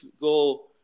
go